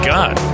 God